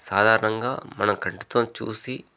సాధారణంగా మన కంటితోని చూసి